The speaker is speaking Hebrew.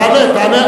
תענה.